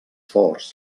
forts